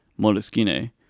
moleskine